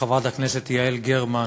חברת הכנסת יעל גרמן,